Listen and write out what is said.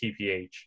TPH